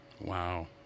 Wow